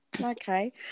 Okay